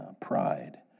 pride